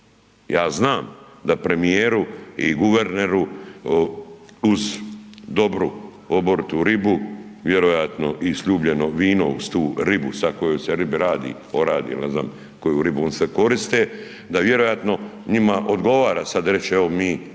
Ja znam da premijeru i guverneru uz dobru oboritu ribu, vjerojatno i sljubljeno vino uz tu ribu sad o kojoj se ribi radi, oradi ili ne znam koju ribu oni sad koriste, da vjerojatno njima odgovara sad reći evo mi